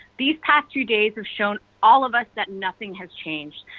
the past two days have shown all of us that nothing has changed.